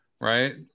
right